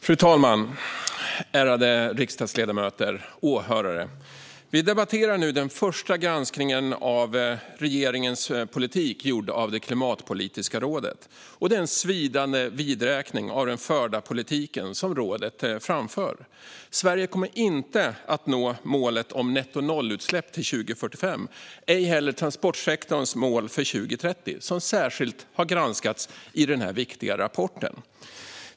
Fru talman! Ärade riksdagsledamöter! Åhörare! Vi debatterar nu den första granskningen av regeringens politik, gjord av det Klimatpolitiska rådet. Det är en svidande vidräkning av den förda politiken som rådet framför. Sverige kommer inte att nå målet om nettonollutsläpp till 2045, ej heller transportsektorns mål för 2030, som särskilt granskats i denna viktiga rapport.